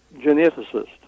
geneticist